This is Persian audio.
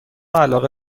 علاقه